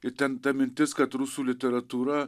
ir ten ta mintis kad rusų literatūra